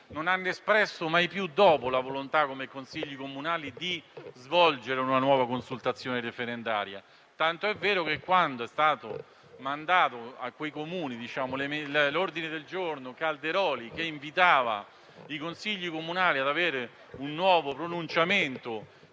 non hanno espresso mai più, nell'ambito dei Consigli comunali, la volontà di svolgere una nuova consultazione referendaria. Tanto è vero che, quando è stato mandato a quei Comuni l'ordine del giorno Calderoli, che invitava i Consigli comunali a esprimere un nuovo pronunciamento